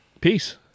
Peace